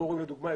לדוגמה,